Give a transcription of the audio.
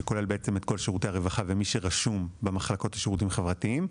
שכולל את כל שירותי הרווחה ואת מי שרשום במחלקות לשירותים חברתיים.